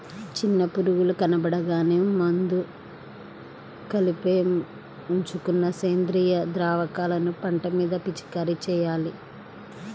చిన్న పురుగులు కనబడగానే ముందే కలిపి ఉంచుకున్న సేంద్రియ ద్రావకాలను పంట మీద పిచికారీ చెయ్యాలి